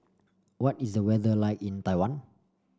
what is the weather like in Taiwan